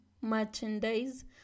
merchandise